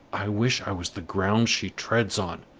i wish i was the ground she treads on!